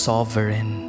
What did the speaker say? Sovereign